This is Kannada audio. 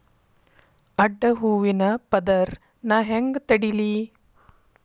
ಅಡ್ಡ ಹೂವಿನ ಪದರ್ ನಾ ಹೆಂಗ್ ತಡಿಲಿ?